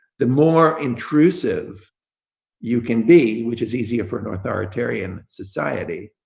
the more intrusive you can be, which is easier for an authoritarian society,